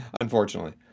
unfortunately